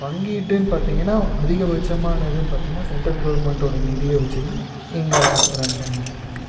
பங்கீடுன்னு பார்த்தீங்கன்னா அதிக பட்சமானதுன்னு பார்த்தீங்கன்னா சென்ட்ரல் கவர்மெண்ட்டோட நிதியை வச்சி தான் இங்கே ரன் பண்ணிக்கிட்டுருக்காங்க